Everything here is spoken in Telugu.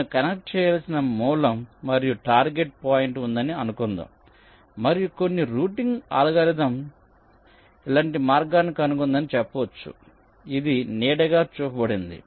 నేను కనెక్ట్ చేయాల్సిన మూలం మరియు టార్గెట్ పాయింట్ ఉందని అనుకుందాం మరియు కొన్ని రూటింగ్ అల్గోరిథం ఇలాంటి మార్గాన్ని కనుగొందని చెప్పొచ్చు ఇది నీడగా చూపబడింది